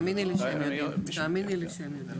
תאמיני לי שהם יודעים.